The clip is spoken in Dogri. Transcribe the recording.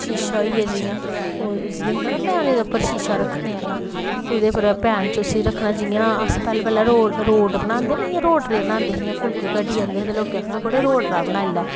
शीशा होई गेआ जि'यां उसी होंदा ना पैनै दै उप्पर शीशा रक्खने आह्ला ओह्दे च पैन पर उसी रक्खना जि'यां अस पैह्लें पैह्लें रुट्ट बनांदे निं इ'यां रोटरे बनांदे हे फुल्के घटी जंदे हे ते लोकें आखना कुड़े रोटरा बनाई लै